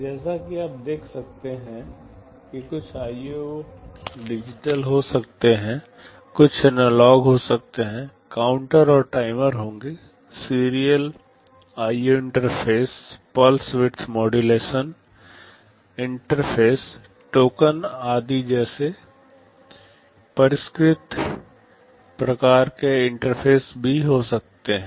जैसा कि आप देख सकते हैं कि कुछ आईओ डिजिटल हो सकते हैं कुछ एनालॉग हो सकते हैं काउंटर और टाइमर होंगे और serial IO interface pulse width modulation interface टोकने आदि जैसे परिष्कृत प्रकार के इंटरफेस भी हो सकते हैं